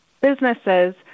businesses